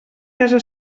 casa